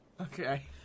Okay